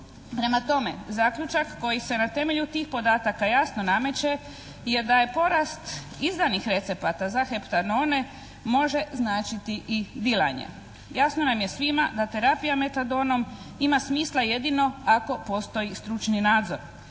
Prema tome, zaključak koji se na temelju tih podataka jasno nameće je da je porast izdanih recepata za heptanone može značiti i dilanje. Jasno nam je svima da terapija metadonom ima smisla jedino ako postoji stručni nadzor.